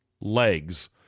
legs